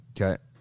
okay